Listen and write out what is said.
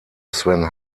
sven